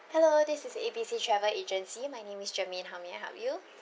hello this is A B C travel agency my name is shermaine how may I help you